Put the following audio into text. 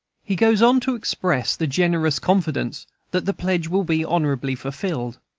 he goes on to express the generous confidence that the pledge will be honorably fulfilled.